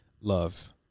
love